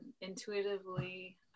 intuitively